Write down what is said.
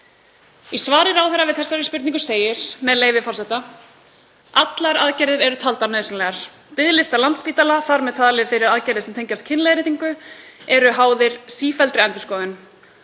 Í svari ráðherra við þessari spurningu segir, með leyfi forseta: Allar aðgerðir eru taldar nauðsynlegar. Biðlistar Landspítala, þar með talið fyrir aðgerðir sem tengjast kynleiðréttingu, eru háðir sífelldri endurskoðun.